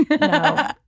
no